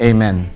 Amen